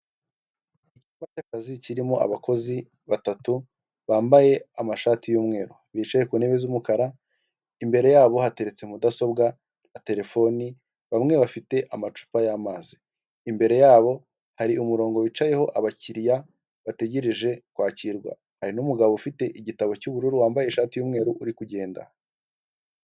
Icyumba cy'akazi kirimo abakozi batatu bambaye amashati y'umweru bicaye ku ntebe z'umukara imbere yabo hateretse mudasobwa na terefone bamwe bafite amacupa y'amazi imbere yabo hari umurongo wicayeho abakiriya bategereje kwakirwa hari n'umugabo ufite igitabo cy'ubururu wambaye ishati y'umweru uri kugenda.